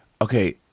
okay